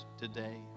today